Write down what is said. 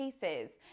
cases